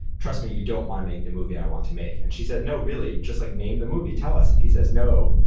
trust me, you don't wanna make the movie i want to make. and she says, no, really, just like name the movie, tell us. and he says, no,